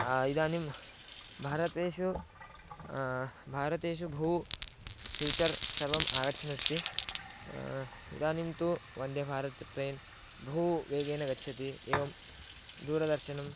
इदानीं भारतेषु भारतेषु बहु फ़्यूचर् सर्वम् आगच्छन्नस्ति इदानीं तु वन्देभारत् ट्रेन् बहु वेगेन गच्छति एवं दूरदर्शनं